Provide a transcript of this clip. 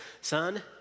son